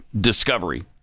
Discovery